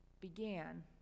began